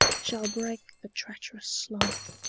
shall break the treacherous slumber.